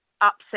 upset